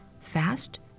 Fast